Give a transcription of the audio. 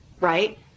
right